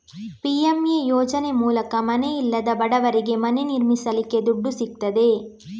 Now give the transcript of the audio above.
PMA ಯೋಜನೆ ಮೂಲಕ ಮನೆ ಇಲ್ಲದ ಬಡವರಿಗೆ ಮನೆ ನಿರ್ಮಿಸಲಿಕ್ಕೆ ದುಡ್ಡು ಸಿಗ್ತದೆ